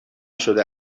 شده